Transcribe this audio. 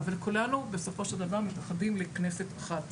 אבל כולנו בסופו של דבר מתאחדים לכנסת אחת.